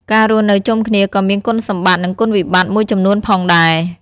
ការរស់នៅជុំគ្នាក៏មានគុណសម្បត្តិនឹងគុណវិបត្តិមួយចំនួនផងដែរ ។